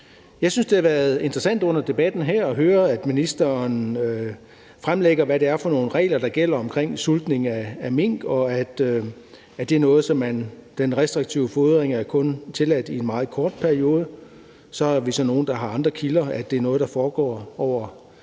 Jeg synes, det har været interessant her under debatten at høre ministeren fremlægge, hvad det er for nogle regler, der gælder med hensyn til udsultningen af mink, og at den restriktive fodring kun er tilladt i en meget kort periode. Vi er så nogle, der har andre kilder, der siger, at det er noget, der foregår over